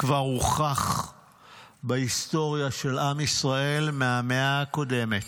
כבר הוכח בהיסטוריה של עם ישראל מהמאה הקודמת,